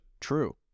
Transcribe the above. True